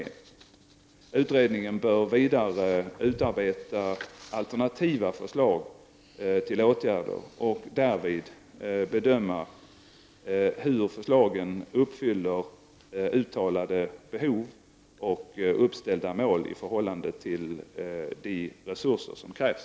Utredningen bör vidare utarbeta alternativa förslag till åtgärder och därvid bedöma hur förslagen uppfyller uttalade behov och uppställda mål i förhållande till de resurser som krävs.